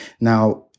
Now